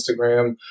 Instagram